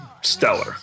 stellar